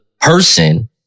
person